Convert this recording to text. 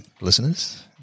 listeners